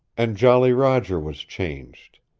and jolly roger was changed.